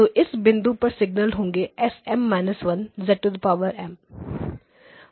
तो इस बिंदु पर सिग्नल होंगे SM 1 है